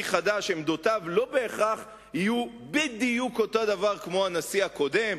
חדש עמדותיו לא בהכרח יהיו בדיוק כשל הנשיא הקודם?